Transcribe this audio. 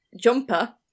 Jumper